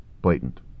blatant